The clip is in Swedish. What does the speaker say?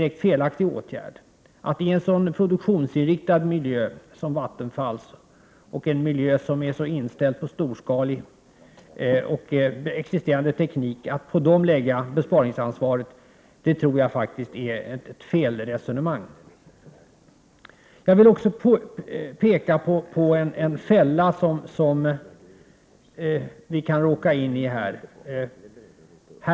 Om man väljer att lägga besparingsansvaret på en så produktionsinriktad miljö som Vattenfalls, som dessutom är så inställd på storskalig och existerande teknik, tror jag faktiskt att man resonerar fel. Vidare vill jag peka på en fälla som vi i detta sammanhang kan hamna i.